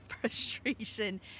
frustration